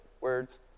Words